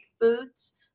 foods